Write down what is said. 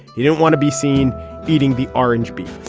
he didn't want to be seen eating the orange beef.